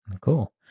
Cool